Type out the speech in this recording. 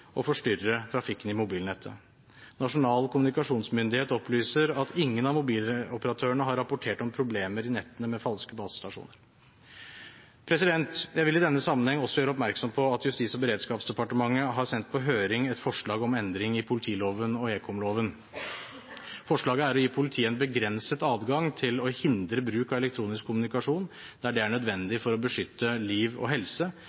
forstyrre trafikken i mobilnettet. Nasjonal kommunikasjonsmyndighet opplyser at ingen av mobiloperatørene har rapportert om problemer i nettene med falske basestasjoner. Jeg vil i denne sammenheng også gjøre oppmerksom på at Justis- og beredskapsdepartementet har sendt på høring et forslag om endring i politiloven og ekomloven. Forslaget er å gi politiet en begrenset adgang til å hindre bruk av elektronisk kommunikasjon der det er nødvendig for å beskytte liv og helse,